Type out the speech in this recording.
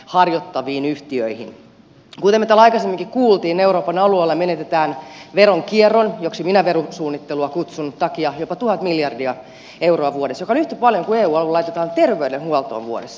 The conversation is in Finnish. kuten me täällä aikaisemminkin kuulimme euroopan alueella menetetään veronkierron joksi minä verosuunnittelua kutsun takia jopa tuhat miljardia euroa vuodessa joka on yhtä paljon kuin eu alueella laitetaan terveydenhuoltoon vuodessa